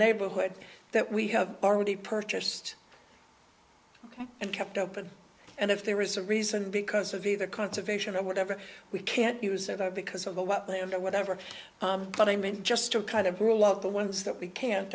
neighborhood that we have already purchased and kept open and if there is a reason because of either conservation or whatever we can't use that because of the wetland to whatever but i mean just to kind of rule out the ones that we can't